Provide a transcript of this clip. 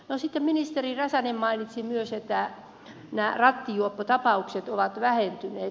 sitten ministeri räsänen mainitsi myös että nämä rattijuoppotapaukset ovat vähentyneet